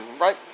right